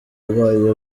wabaye